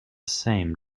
same